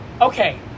okay